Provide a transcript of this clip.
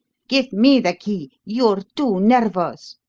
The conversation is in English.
give me the key you're too nervous.